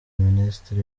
ministri